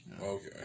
okay